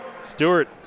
Stewart